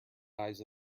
eyes